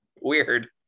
Weird